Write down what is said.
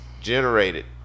generated